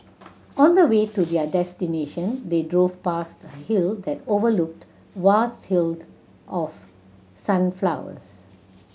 on the way to their destination they drove past a hill that overlooked vast field of sunflowers